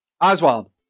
Oswald